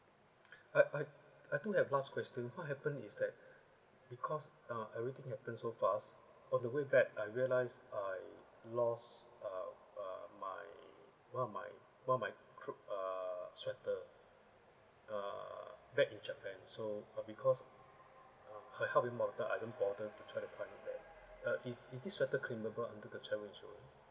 I I I do have last question what happen is that because ah everything happened so fast on the way back I realized I lost uh uh my one of my one of my cold uh sweater uh back in japan so uh because um I hardly I don't bother to try to find it back uh is is this sweater claimable under the travel insurance